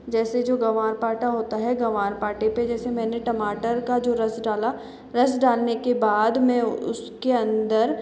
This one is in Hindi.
जैसे जो ग्वारपाठा होता है ग्वारपाठे पर जैसे मैंने टमाटर का जो रस डाला रस डालने के बाद मैं उसके अंदर